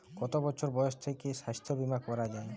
কত বছর বয়স থেকে স্বাস্থ্যবীমা করা য়ায়?